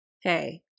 hey